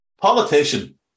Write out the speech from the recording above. Politician